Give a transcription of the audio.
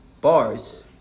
Bars